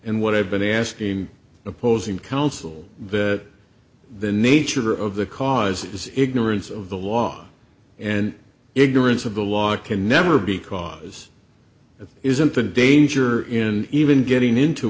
and what i've been asking opposing counsel that the nature of the cause is ignorance of the law and ignorance of the law can never be cause it isn't a danger in even getting in to